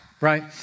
right